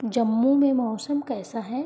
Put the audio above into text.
जम्मू में मौसम कैसा है